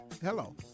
Hello